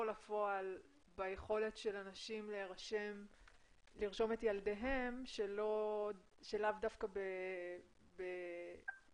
לפועל ביכולת של אנשים לרשום את ילדיהם לאו דווקא בהגעה